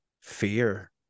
fear